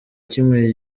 kimwe